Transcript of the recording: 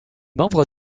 membre